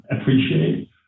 appreciate